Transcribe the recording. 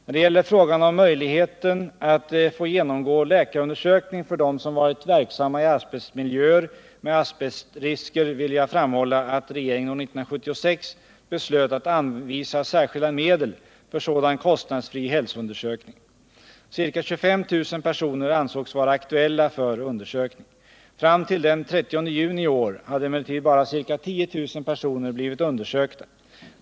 När det gäller frågan om möjligheten att få genomgå läkarundersökning för dem som varit verksamma i arbetsmiljöer med asbestrisker vill jag framhålla att regeringen år 1976 beslöt att anvisa särskilda medel för sådan kostnadsfri hälsoundersökning. Ca 25 000 personer ansågs vara aktuella för undersökning. Fram till den 30 juni i år hade emellertid bara ca 10 000 personer blivit undersökta.